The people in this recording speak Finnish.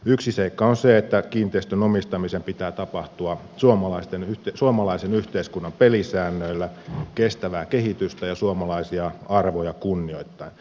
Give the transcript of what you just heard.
yksi seikka on se että kiinteistön omistamisen pitää tapahtua suomalaisen yhteiskunnan pelisäännöillä kestävää kehitystä ja suomalaisia arvoja kunnioittaen